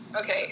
Okay